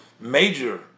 major